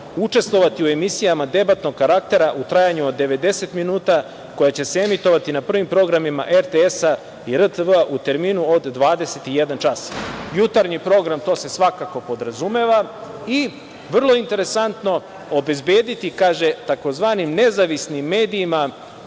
učestvovati u emisijama debatnog karaktera u trajanju od 90 minuta, koja će se emitovati na prvim programima RTS i RTV u terminu od 21.00 čas. Jutarnji program, to se svakako podrazumeva. Vrlo interesantno, obezbediti, kaže - tzv. nezavisnim medijima,